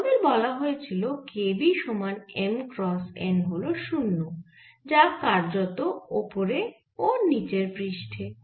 তোমাদের বলা হয়েছিল K b সমান M ক্রস n হল 0 যা কার্যত ওপরের ও নিচের পৃষ্ঠে